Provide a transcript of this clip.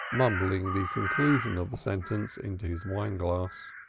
mumbling the conclusion of the sentence into his wine-glass.